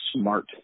smart